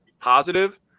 positive